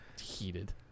heated